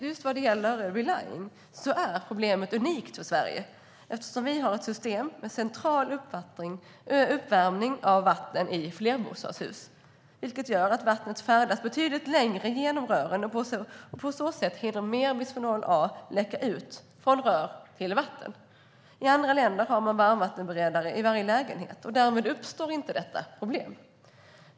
Just vad gäller relining är problemet unikt för Sverige, eftersom vi har ett system med central uppvärmning av vatten i flerbostadshus, vilket gör att vattnet färdas betydligt längre genom rören och mer bisfenol A på så sätt hinner läcka ut från rör till vatten. I andra länder har man varmvattenberedare i varje lägenhet, och därmed uppstår inte detta problem.